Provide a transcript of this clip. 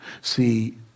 See